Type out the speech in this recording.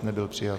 Nebyl přijat.